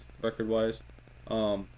record-wise